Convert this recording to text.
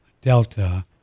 delta